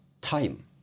time